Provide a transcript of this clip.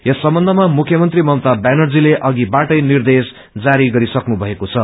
यस सम्बन्धमा मुख्यमन्त्री ममता ब्यानर्जीले अघिबाटै निर्देश जारी गरिसक्नु भएको छ